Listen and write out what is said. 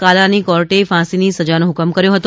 કાલાની કોર્ટે ફાંસીની સજાનો હ્કમ કર્યો હતો